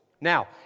Now